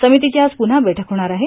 समितीची आज पुव्हा बैठक होणार आहे